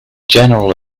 general